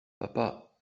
papa